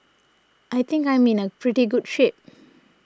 I think I'm in pretty good shape